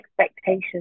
expectations